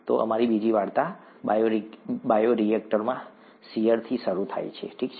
તો અમારી બીજી વાર્તા બાયોરિએક્ટરમાં શીયરથી શરૂ થાય છે ઠીક છે